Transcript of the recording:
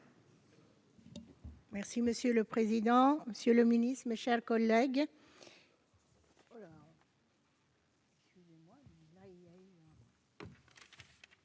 Monsieur le président, monsieur le ministre, mes chers collègues,